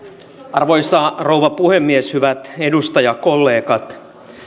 arvoisa rouva puhemies hyvät edustajakollegat